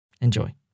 Enjoy